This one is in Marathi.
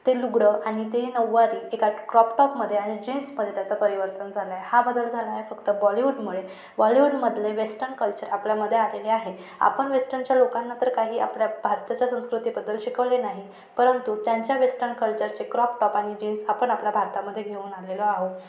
ते लुगडं आणि ते नऊवारी एका क्रॉप टॉपमध्ये आणि जीन्समध्ये त्याचं परिवर्तन झाला आहे हा बदल झाला आहे फक्त बॉलीवूडमुळे बॉलीवूडमधले वेस्टन कल्चर आपल्यामध्ये आलेले आहे आपण वेस्टनच्या लोकांना तर काही आपल्या भारताच्या संस्कृतीबद्दल शिकवले नाही परंतु त्यांच्या वेस्टन कल्चरचे क्रॉप टॉप आणि जीन्स आपण आपल्या भारतामध्ये घेऊन आलेलो आहोत